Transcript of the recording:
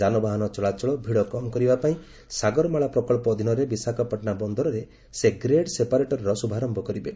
ଯାନବାହନ ଚଳାଚଳ ଭିଡ଼ କମ୍ କରିବା ପାଇଁ ସାଗରମାଳା ପ୍ରକଳ୍ପ ଅଧୀନରେ ବିଶାଖାପାଟଣା ବନ୍ଦରଠାରେ ସେ ଗ୍ରେଡ୍ ସେପାରେଟରର ଶୁଭାରମ୍ଭ କରିବେ